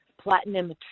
Platinum